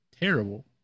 terrible